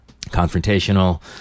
confrontational